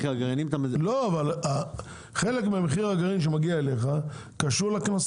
חלק ממחיר הגרעין שמגיע אליך קשור למחיר